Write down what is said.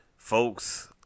Folks